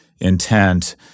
intent